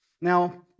Now